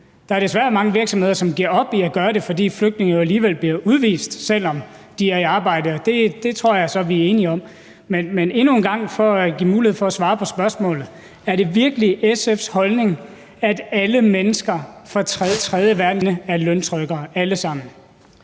Der er desværre mange virksomheder, som opgiver at gøre det, fordi flygtningene jo alligevel bliver udvist, selv om de er i arbejde. Det tror jeg så vi er enige om. Men endnu en gang – for at give ordføreren mulighed for at svare på spørgsmålet: Er det virkelig SF's holdning, at alle mennesker fra tredjeverdenslande er løntrykkere, alle sammen?